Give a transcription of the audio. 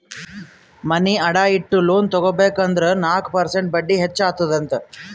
ಮನಿ ಅಡಾ ಇಟ್ಟು ಲೋನ್ ತಗೋಬೇಕ್ ಅಂದುರ್ ನಾಕ್ ಪರ್ಸೆಂಟ್ ಬಡ್ಡಿ ಹೆಚ್ಚ ಅತ್ತುದ್ ಅಂತ್